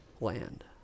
land